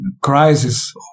crisis